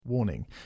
Warning